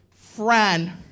friend